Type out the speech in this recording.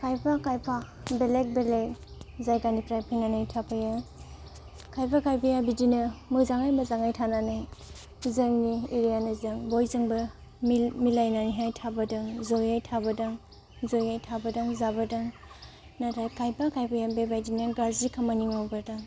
खायफा खायफा बेलेग बेलेग जायगानिफ्राय फैनानै थाफैयो खायफा खायफाया बिदिनो मोजाङै मोजाङै थानानै जोंनि एरियानिजों बयजोंबो मिलायनानैहाय थाबोदों ज'यै थाबोदों ज'यै थाबोदों ज'यै थाबोदों जाबोदों नाथाय खायफा खायफाया बेबादिनो गाज्रि खामानि मावबोदों